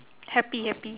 happy happy